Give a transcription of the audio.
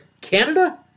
Canada